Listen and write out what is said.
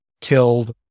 killed